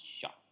shot